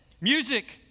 Music